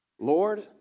Lord